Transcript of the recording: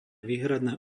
výhradné